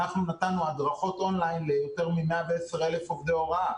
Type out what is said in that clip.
אנחנו נתנו הדרכות און-ליין ליותר מ-110,000 עובדי הוראה,